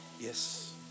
Yes